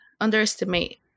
underestimate